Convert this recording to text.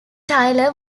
taylor